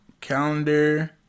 Calendar